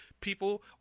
people